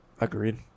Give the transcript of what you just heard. agreed